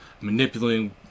manipulating